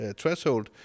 threshold